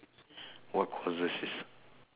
what courses is